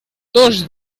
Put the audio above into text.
dos